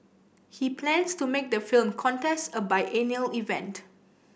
he plans to make the film contest a biennial event